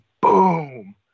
boom